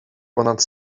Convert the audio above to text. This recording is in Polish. ponad